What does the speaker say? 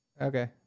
Okay